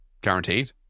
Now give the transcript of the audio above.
guaranteed